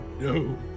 no